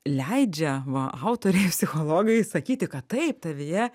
leidžia va autoriai psichologai sakyti kad taip tavyje